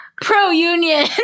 pro-union